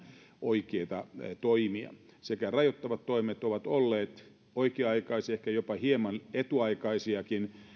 oikeita toimia rajoittavat toimet ovat olleet oikea aikaisia ehkä jopa hieman etuaikaisiakin